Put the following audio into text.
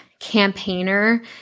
Campaigner